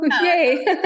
Yay